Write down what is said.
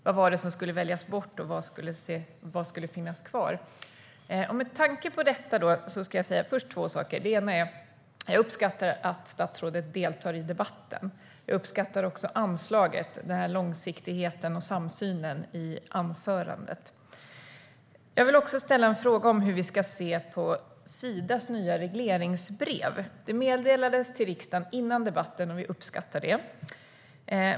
Vad var det som skulle väljas bort, och vad skulle finnas kvar? Med tanke på detta ska jag säga två saker till att börja med. Det ena är att jag uppskattar att statsrådet deltar i debatten. Det andra är att jag uppskattar anslaget, långsiktigheten och samsynen i anförandet. Jag vill också ställa en fråga om hur vi ska se på Sidas nya regleringsbrev. Riksdagen fick ta del av det före debatten, och vi uppskattar det.